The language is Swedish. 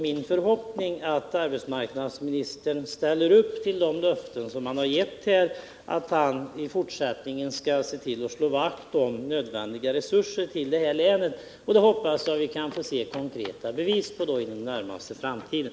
Min förhoppning är nu att arbetsmarknadsministern lever upp till de löften som han givit här om att han i fortsättningen skall se till att Värmland får nödvändiga resurser. Jag hoppas alltså att vi kan få se konkreta bevis på detta inom den närmaste framtiden.